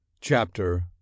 Chapter